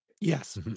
Yes